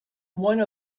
one